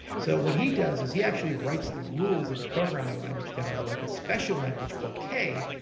so what he does is he actually writes the rules of a programming language down in like a special language called k,